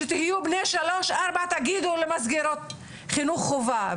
כשתהיו בני שלוש וארבע תגיעו למסגרות חינוך חובה.